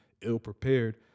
ill-prepared